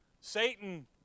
Satan